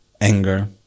Anger